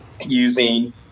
using